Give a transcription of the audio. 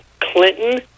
Clinton